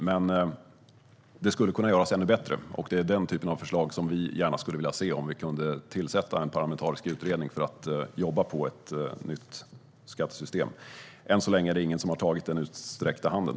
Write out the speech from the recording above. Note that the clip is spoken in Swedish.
Det hela skulle dock kunna göras ännu bättre, och det är den typen av förslag som vi gärna skulle vilja se om vi kunde tillsätta en parlamentarisk utredning för att jobba på ett nytt skattesystem. Än så länge är det dock ingen som har tagit den utsträckta handen.